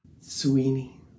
Sweeney